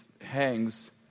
hangs